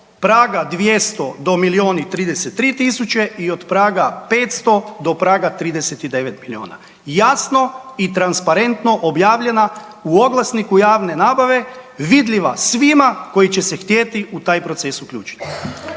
praga 200 do milion i 233 tisuće i od praga 500 do praga 39 miliona, jasno i transparentno objavljena u oglasniku javne nabave, vidljiva svima koji će se htjeti u taj proces uključiti.